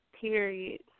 period